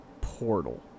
portal